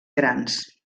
grans